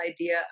idea